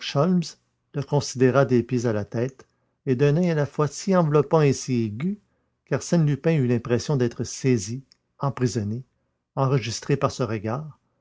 le considéra des pieds à la tête et d'un oeil à la fois si enveloppant et si aigu qu'arsène lupin eut l'impression d'être saisi emprisonné enregistré par ce regard